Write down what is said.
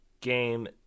game